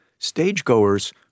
stagegoers